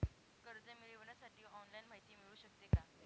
कर्ज मिळविण्यासाठी ऑनलाईन माहिती मिळू शकते का?